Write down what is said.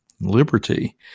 liberty